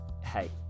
hey